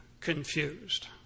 confused